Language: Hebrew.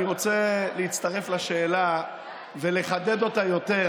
אני רוצה להצטרף לשאלה ולחדד אותה יותר.